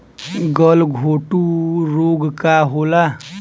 गलघोटू रोग का होला?